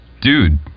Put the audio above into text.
dude